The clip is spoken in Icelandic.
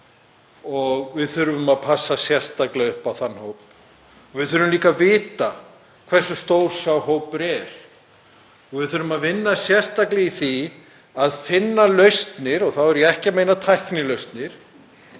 og við þurfum að passa sérstaklega upp á þann hóp. Við þurfum líka að vita hversu stór sá hópur er og við þurfum að vinna sérstaklega í því að finna lausnir. Þá er ég ekki að meina tæknilausnir